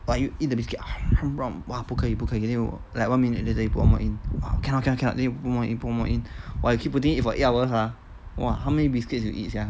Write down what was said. but you eat the biscuit !wah! 不可以不可以 like one minute later you put one more in !wah! cannot cannot then you put one more in put one more in !wah! you keep putting in for eight hours ha !wah! how many biscuits you eat sia